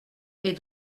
est